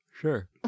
sure